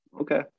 Okay